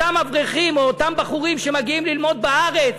אותם אברכים או אותם בחורים שמגיעים ללמוד בארץ,